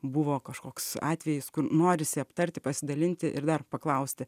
buvo kažkoks atvejis kur norisi aptarti pasidalinti ir dar paklausti